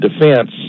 defense